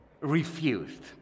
refused